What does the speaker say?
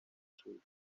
sul